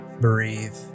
breathe